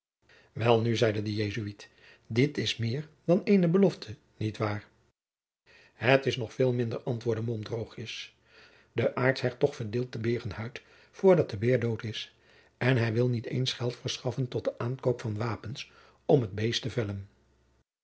welnu zeide de jesuit dit is meer dan eene belofte niet waar het is nog veel minder antwoordde mom droogjes de aartshertog verdeelt de beerenhuid voordat de beer dood is en hij wil niet eens geld verschaffen tot den aankoop van wapens om het beest te vellen